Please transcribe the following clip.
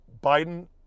Biden